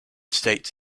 states